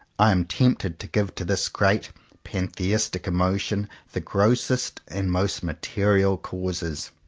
i am tempted to give to this great pantheistic emotion the grossest and most material causes.